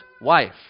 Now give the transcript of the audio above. wife